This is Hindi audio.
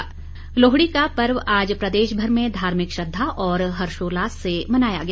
लोहड़ी लोहड़ी का पर्व आज प्रदेश भर में धार्मिक श्रद्धा और हर्षोल्लास से मनाया गया